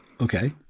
Okay